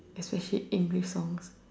especially English songs